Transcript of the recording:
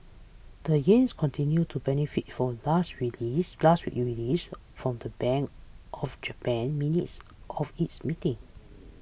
the yen's continues to benefit from last week's release last week's release from the Bank of Japan's minutes of its meeting